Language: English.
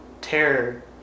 terror